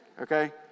Okay